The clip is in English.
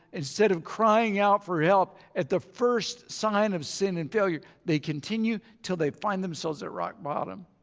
instead of crying out for help at the first sign of sin and failure they continue till they find themselves at rock-bottom.